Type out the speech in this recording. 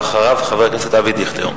ואחריך, חבר הכנסת אבי דיכטר.